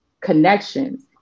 connections